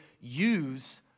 use